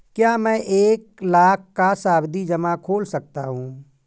क्या मैं एक लाख का सावधि जमा खोल सकता हूँ?